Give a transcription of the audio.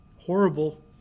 horrible